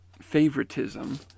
favoritism